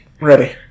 Ready